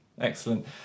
excellent